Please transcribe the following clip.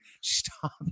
stop